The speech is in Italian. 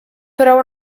però